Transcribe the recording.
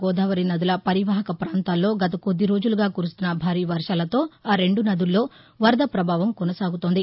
గోదావరి నదుల పరీవాహక పాంతాల్లో గత కొద్ది రోజులుగా కురుస్తున్న భారీ వర్వాలతో ఆరెండు నదుల్లో వరద పభావం కొనసాగుతోంది